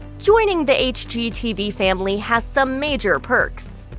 joining the hgtv family has some major perks.